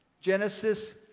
Genesis